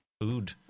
food